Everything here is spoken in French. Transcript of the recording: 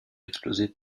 exploser